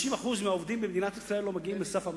50% מהעובדים במדינת ישראל לא מגיעים לסף המס.